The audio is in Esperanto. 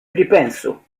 pripensu